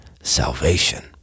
salvation